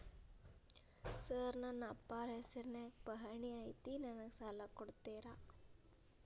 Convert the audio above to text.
Sir ನನ್ನ ಅಪ್ಪಾರ ಹೆಸರಿನ್ಯಾಗ್ ಪಹಣಿ ಐತಿ ನನಗ ಸಾಲ ಕೊಡ್ತೇರಾ?